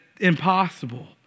impossible